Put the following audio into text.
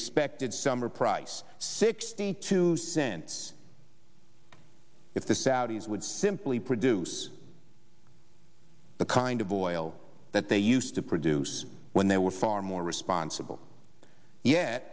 expected summer price sixty two cents if the saudis would simply produce the kind of oil that they used to produce when they were far more responsible ye